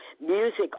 music